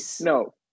No